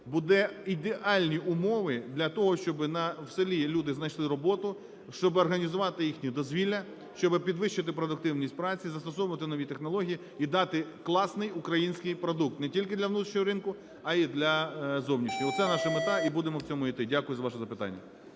буде ідеальні умови для того, щоби в селі люди знайшли роботу, щоби організувати їхнє дозвілля, щоби підвищити продуктивність праці, застосовувати нові технології і дати класний український продукт не тільки для внутрішнього ринку, а й для зовнішнього. Оце наша мета, і будемо в цьому йти. Дякую за ваше запитання